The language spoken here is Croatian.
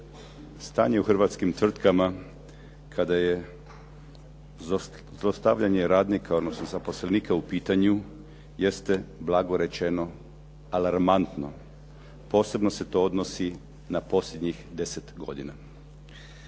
Stanje u hrvatskim tvrtkama kada je zlostavljanje radnika odnosno zaposlenika u pitanju jeste blago rečeno alarmantno. Posebno te odnosi na posljednjih deset godina.